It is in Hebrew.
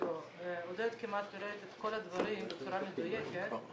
עודד פירט כמעט את כל הדברים בצורה מדויקת,